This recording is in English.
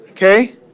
Okay